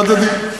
זה הדדי.